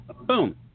boom